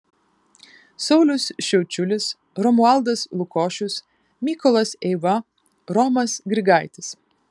saulius šiaučiulis romualdas lukošius mykolas eiva romas grigaitis